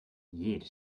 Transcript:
jede